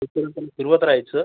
तोपर्यंत आपन फिरवत रायचं